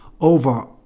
over